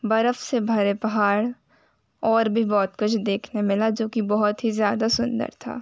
बर्फ़ से भरे पहाड़ और भी बहुत कुछ देखने मिला जो कि बहुत ही ज़्यादा सुन्दर था